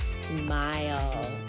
smile